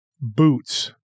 boots